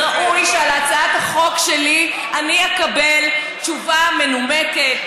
ראוי שעל הצעת החוק שלי אני אקבל תשובה מנומקת,